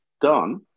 done